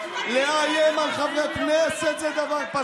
לאיים על חברי כנסת זה דבר פסול.